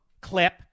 clip